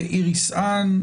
איריס האן,